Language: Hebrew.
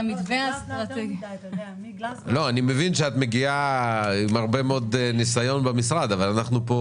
אני מבין שאת מגיעה עם הרבה מאוד ניסיון במשרד אבל אנחנו פה